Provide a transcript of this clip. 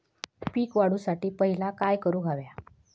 पीक वाढवुसाठी पहिला काय करूक हव्या?